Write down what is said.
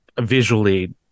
visually